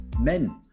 Men